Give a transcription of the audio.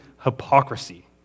hypocrisy